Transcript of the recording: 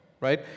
right